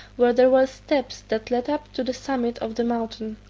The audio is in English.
where there were steps that led up to the summit of the mountain.